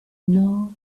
know